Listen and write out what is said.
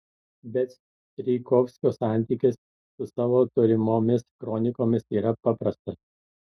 bet strijkovskio santykis su savo turimomis kronikomis yra paprastas